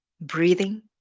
breathing